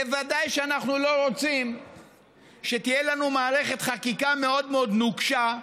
בוודאי שאנחנו לא רוצים שתהיה לנו מערכת חקיקה מאוד מאוד נוקשה,